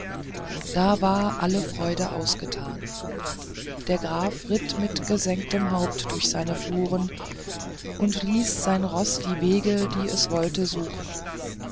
da war alle freude ausgetan der graf ritt mit gesenktem haupt durch seine fluren und ließ sein roß die wege die es wollte suchen